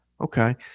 Okay